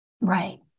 Right